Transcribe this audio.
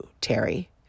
Terry